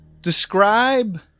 Describe